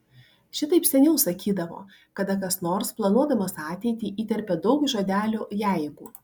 šitaip seniau sakydavo kada kas nors planuodamas ateitį įterpia daug žodelių jeigu